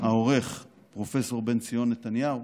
העורך פרופ' בנציון נתניהו: